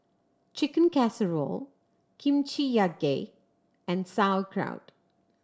Chicken Casserole Kimchi Jjigae and Sauerkraut